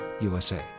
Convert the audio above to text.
USA